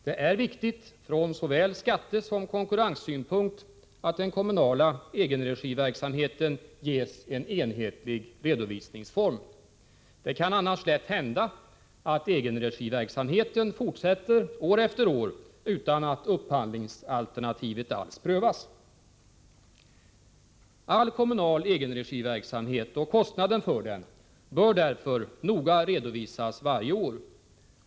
Det är viktigt från såväl skattesom konkurrenssynpunkt att den kommunala egenregiverksamheten ges en enhetlig redovisningsform. Det kan annars lätt hända att egenregiverksamheten fortsätter år efter år utan att upphandlingsalternativet alls prövas. All kommunal egenregiverksamhet och kostnaden för denna bör därför noga redovisas varje år.